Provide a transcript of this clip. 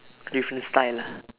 different style ah